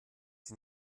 sie